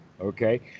okay